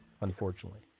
unfortunately